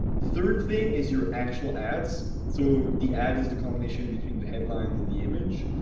third thing is your actual ads. so the ad is the combination between the headline and the image.